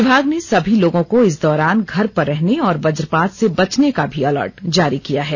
विभाग ने सभी लोगों को इस दौरान घर पर रहने और वजपात से बचने का भी अलर्ट जारी किया है